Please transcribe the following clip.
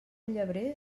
llebrer